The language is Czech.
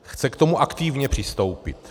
Chce k tomu aktivně přistoupit.